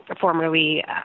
formerly